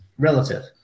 relative